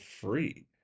free